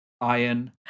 Iron